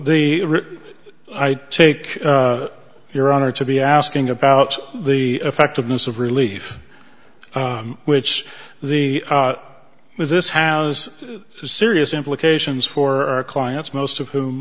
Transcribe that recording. the i take your honor to be asking about the effectiveness of relief which the this has serious implications for our clients most of who